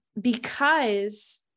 because-